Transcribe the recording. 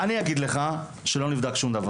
אני אגיד לך ששום דבר